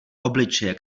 obličeje